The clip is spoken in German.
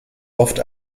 oft